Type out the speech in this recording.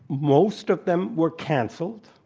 most of them were canceled.